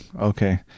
Okay